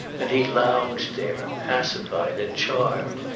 and he lounged there, pacified and charmed,